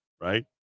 right